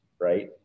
right